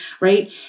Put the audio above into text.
Right